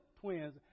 twins